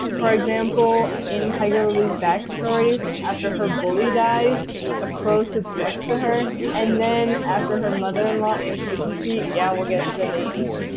for example, in tiger lily's backstory after her bully dies a crow sits next to her, and then after her mother-in-law aunt sticky feet, yeah we'll get to the names,